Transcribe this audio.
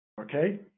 Okay